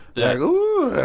like, ooh,